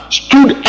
stood